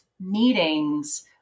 meetings